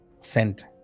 sent